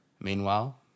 Meanwhile